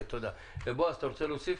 בועז, אתה רוצה להוסיף?